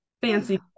fancy